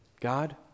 God